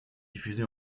diffusé